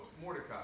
Mordecai